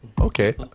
Okay